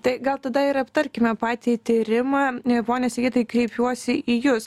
tai gal tada ir aptarkime patį tyrimą pone sigitai kreipiuosi į jus